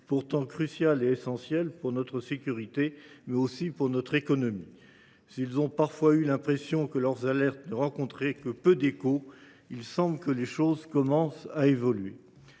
pourtant cruciales pour notre sécurité, mais aussi pour notre économie. S’ils ont parfois eu l’impression que leurs alertes ne rencontraient que peu d’écho, les choses commencent, semble